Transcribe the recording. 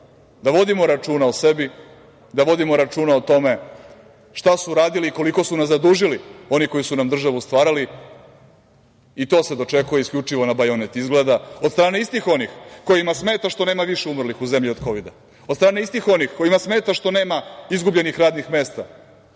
pokazujemo računa o sebi, da vodimo računa o tome šta su radili i koliko su nas zadužili oni koji su nam državu stvarali i to se očekuje isključivo na bajonet, izgleda od strane istih onih kojima smeta što nema više umrlih u zemlji od kovida. Od strane istih onih kojima smeta što nema izgubljenih radnih mesta,